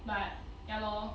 but ya lor